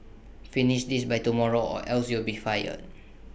finish this by tomorrow or else you will be fired